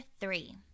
three